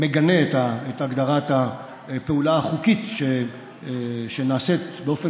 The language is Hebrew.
מגנה את הגדרת הפעולה החוקית שנעשית באופן